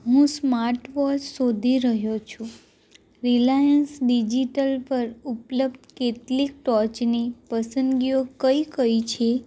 હું સ્માર્ટવોચ શોધી રહ્યો છું રિલાયન્સ ડિજિટલ પર ઉપલબ્ધ કેટલીક ટોચની પસંદગીઓ કઈ કઈ છે